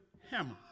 hammer